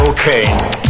Okay